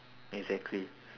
exactly